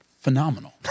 Phenomenal